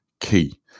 key